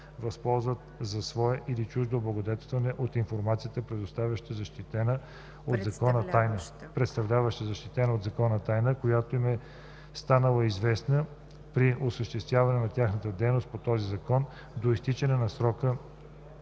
възползват за свое или чуждо облагодетелстване от информацията, представляваща защитена от закон тайна, която им е станала известна при осъществяване на тяхната дейност по този закон, до изтичане на срока